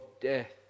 death